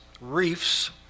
reefs